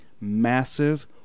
massive